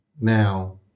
Now